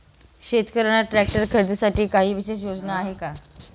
शेतकऱ्यांना ट्रॅक्टर खरीदीसाठी काही विशेष योजना आहे का?